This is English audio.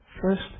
First